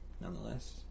Nonetheless